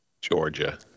Georgia